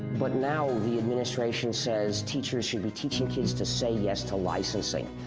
but now the administration says teachers should be teaching kids to say yes to licensing.